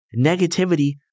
Negativity